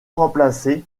remplacés